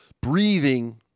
breathing